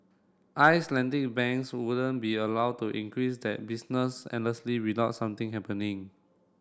Icelandic banks wouldn't be allowed to increase that business endlessly without something happening